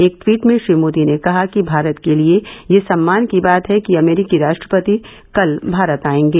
एक ट्वीट में श्री मोदी ने कहा कि भारत के लिये यह सम्मान की बात है कि अमरीकी राष्ट्रपति कल भारत आयेंगे